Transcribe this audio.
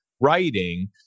writing